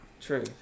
True